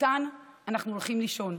איתן אנו הולכים לישון,